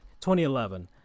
2011